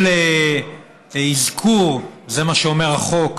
כל אזכור, זה מה שאומר החוק,